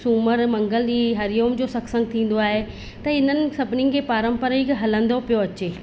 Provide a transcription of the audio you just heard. सूमरु मंगलु ॾींहुं हरिओम जो सतसंग थींदो आहे त इन्हनि सभिनीनि खे पारंपरिक हलंदो पियो अचे